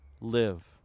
live